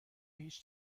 هیچ